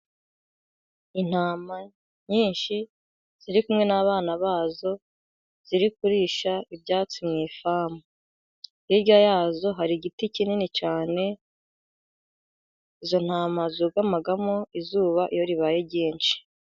Intama nyinshi ziri kumwe n'abana bazo, ziri kurisha ibyatsi mu ifamu. Hirya yazo hari igiti kinini cyane izo ntama zugamamo izuba iyo ribaye ryinshi.